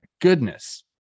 goodness